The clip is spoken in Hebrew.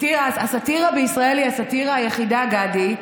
הסאטירה בישראל היא הסאטירה היחידה, גדי,